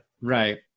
Right